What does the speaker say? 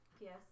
Yes